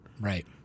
Right